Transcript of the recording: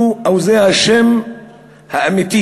זה השם האמיתי